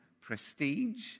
prestige